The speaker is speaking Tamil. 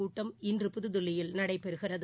கூட்டம் இன்று புதுதில்லியில் நடைபெறுகிறது